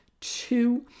Two